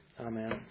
Amen